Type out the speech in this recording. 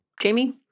Jamie